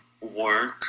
work